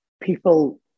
people